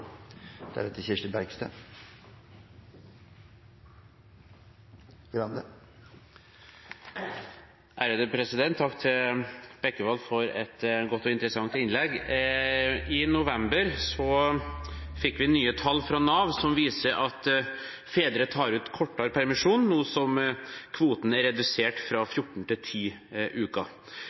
Takk til representanten Bekkevold for et godt og interessant innlegg. I november fikk vi nye tall fra Nav som viser at fedre tar ut kortere permisjon nå som kvoten er redusert fra 14 til 10 uker.